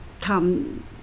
come